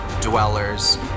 dwellers